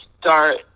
start